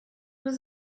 was